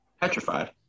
Petrified